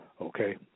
Okay